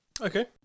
Okay